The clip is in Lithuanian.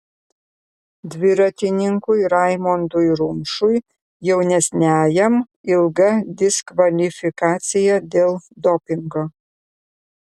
dviratininkui raimondui rumšui jaunesniajam ilga diskvalifikacija dėl dopingo